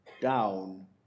down